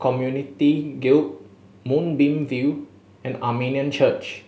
Community Guild Moonbeam View and Armenian Church